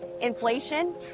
inflation